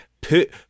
put